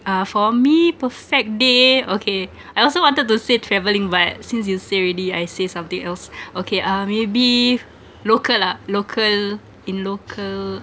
uh for me perfect day okay I also wanted to say travelling but since you say already I say something else okay uh maybe local ah local in local